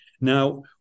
Now